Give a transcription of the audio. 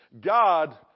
God